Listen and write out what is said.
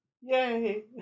Yay